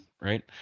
right